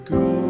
go